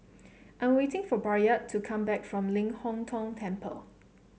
I am waiting for Bayard to come back from Ling Hong Tong Temple